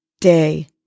day